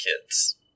kids